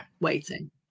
waiting